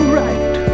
right